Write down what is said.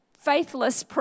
faithless